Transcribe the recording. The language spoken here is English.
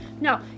No